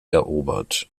erobert